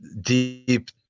deep